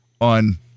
on